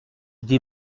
des